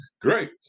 Great